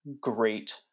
great